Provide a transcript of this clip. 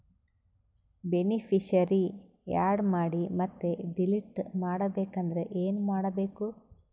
Beneficiary, add ಮಾಡಿ ಮತ್ತೆ delete ಮಾಡಬೇಕೆಂದರೆ ಏನ್ ಮಾಡಬೇಕು?